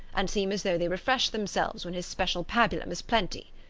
and seem as though they refresh themselves when his special pabulum is plenty.